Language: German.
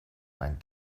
ein